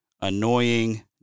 annoying